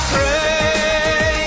Pray